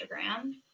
instagram